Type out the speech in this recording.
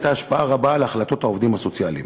השפעה רבה על החלטות העובדים הסוציאליים: